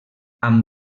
amb